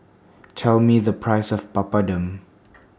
Tell Me The Price of Papadum